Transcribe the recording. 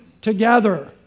together